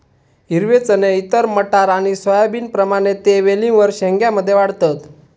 हिरवे चणे इतर मटार आणि सोयाबीनप्रमाणे ते वेलींवर शेंग्या मध्ये वाढतत